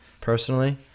personally